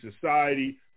society